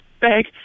bag